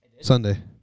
Sunday